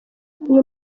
uyu